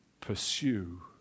Pursue